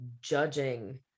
judging